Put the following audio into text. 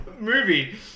movie